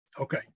Okay